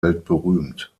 weltberühmt